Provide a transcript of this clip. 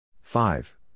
Five